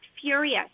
furious